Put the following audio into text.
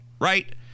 right